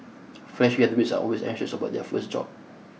fresh graduates are always anxious about their first job